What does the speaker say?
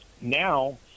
Now